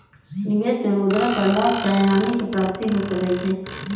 निवेश में मुद्रा पर लाभ चाहे हानि के प्राप्ति हो सकइ छै